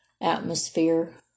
atmosphere